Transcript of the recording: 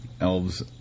Elves